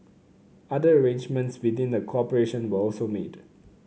other arrangements within the corporation were also made